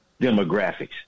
demographics